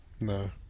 No